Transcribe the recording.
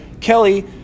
Kelly